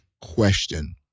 question